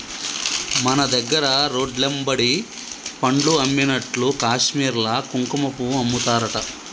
మన దగ్గర రోడ్లెమ్బడి పండ్లు అమ్మినట్లు కాశ్మీర్ల కుంకుమపువ్వు అమ్ముతారట